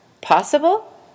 Possible